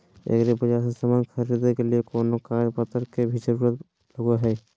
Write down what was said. एग्रीबाजार से समान खरीदे के लिए कोनो कागज पतर के भी जरूरत लगो है?